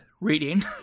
reading